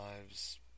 lives